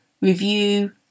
review